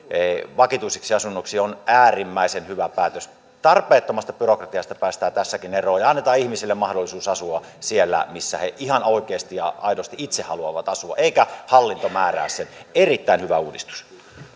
vakituisiksi asunnoiksi on äärimmäisen hyvä päätös tarpeettomasta byrokratiasta päästään tässäkin eroon ja annetaan ihmisille mahdollisuus asua siellä missä he ihan oikeasti ja aidosti itse haluavat asua eikä hallinto määrää siitä erittäin hyvä uudistus